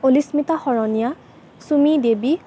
Polismita Saraniya Chumi Devi